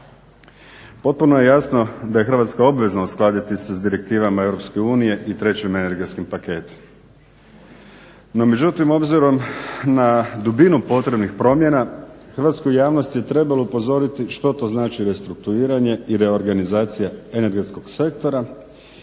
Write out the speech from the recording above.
Potpuno je jasno da je Hrvatska obvezna uskladiti se s direktivama Europske unije i trećim energetskim paketom. No, međutim obzirom na dubinu potrebnih promjena hrvatsku javnost je trebalo upozoriti što to znači restrukturiranje i reorganizacija energetskog sektora